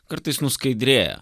kartais nuskaidrėja